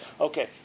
Okay